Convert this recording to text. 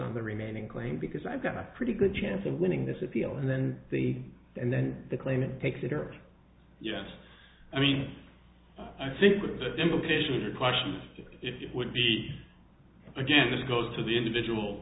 on the remaining claim because i've got a pretty good chance of winning this appeal and then the and then the claimant takes it or yes i mean i think with the implication in your question it would be again this goes to the individual